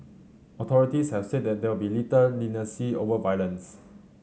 authorities have said there will be little leniency over violence